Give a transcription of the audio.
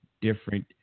different